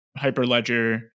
hyperledger